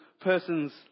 person's